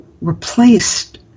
replaced